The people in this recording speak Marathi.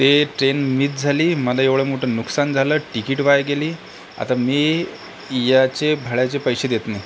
ते ट्रेन मिस झाली मला एवढं मोठं नुकसान झालं टिकिट वाया गेली आता मी याचे भाड्याचे पैसे देत नाही